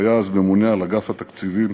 שהיה אז ממונה על אגף התקציבים